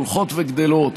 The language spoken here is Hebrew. הולכות וגדלות: